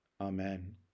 Amen